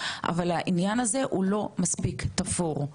אבל העניין הזה הוא לא מספיק תפור,